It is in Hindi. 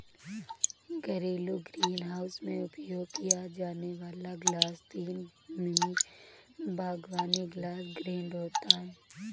घरेलू ग्रीनहाउस में उपयोग किया जाने वाला ग्लास तीन मिमी बागवानी ग्लास ग्रेड होता है